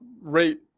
rate